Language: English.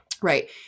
Right